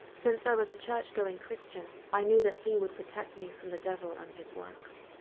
since i was a church going christian, i knew that he would protect me from the devil and his works.